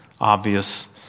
obvious